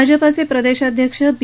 भाजपाचे प्रदेशाध्यक्ष बी